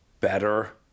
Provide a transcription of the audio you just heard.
better